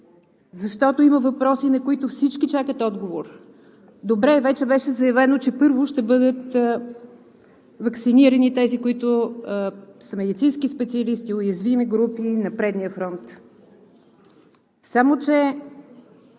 защото има въпроси, на които всички чакат отговор. Добре, вече беше заявено, че първо ще бъдат ваксинирани тези, които са медицински специалисти, уязвими групи на предния фронт, само че